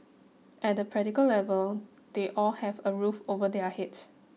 at the practical level they all have a roof over their heads